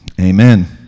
amen